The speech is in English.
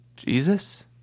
Jesus